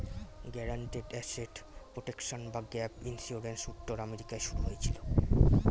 guaranteed asset protection বা gap insurance উত্তর আমেরিকায় শুরু হয়েছিল